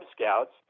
Scouts